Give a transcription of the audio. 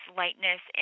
lightness